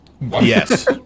Yes